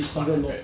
it's one hundred